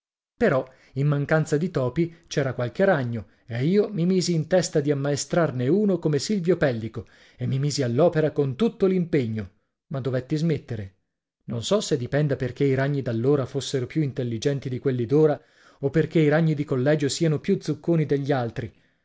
però in mancanza di topi c'era qualche ragno e io mi misi in testa di ammaestrarne uno come silvio pellico e mi misi all'opera con tutto l'impegno ma dovetti smettere non so se dipenda perché i ragni d'allora fossero più intelligenti di quelli d'ora o perché i ragni di collegio siano più zucconi degli altri